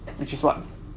which is what